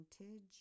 Vintage